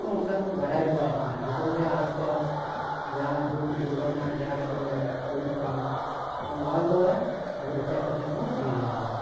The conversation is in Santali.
ᱛᱚ ᱚᱱᱠᱟ ᱫᱚᱵᱚ ᱵᱟᱰᱟᱭ ᱫᱟᱲᱮᱭᱟᱜ ᱠᱟᱱᱟ ᱫᱤᱥᱚᱢ ᱨᱮᱭᱟᱜ ᱦᱟᱞᱪᱟᱞ ᱡᱟᱦᱟᱱᱟᱜ ᱫᱩᱨ ᱫᱩᱨᱜᱷᱚᱴᱚᱱᱟ ᱡᱟᱦᱟᱱᱟᱜ ᱜᱮ ᱦᱩᱭᱩᱜ ᱠᱟᱱ ᱢᱳᱵᱟᱭᱤᱞ ᱫᱟᱨᱟ ᱟᱵᱚ ᱨᱤᱪᱟᱨᱡᱽ ᱠᱟᱛᱮ ᱵᱚᱱ ᱧᱮᱞᱮᱜᱼᱟ ᱵᱚ